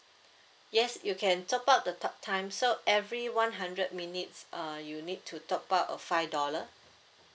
yes you can top up the talk time so every one hundred minutes uh you need to top up five dollar